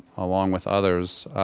along with others.